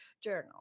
journal